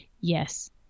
Yes